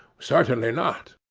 certainly not.